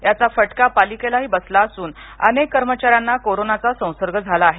याचा फटका पालिकेला ही बसला असून अनेक कर्मचार्यांचना कोरोनाचा संसर्ग झाला आहे